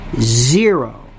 Zero